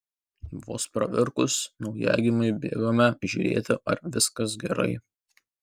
vos pravirkus naujagimiui bėgame žiūrėti ar viskas gerai